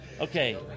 Okay